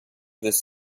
this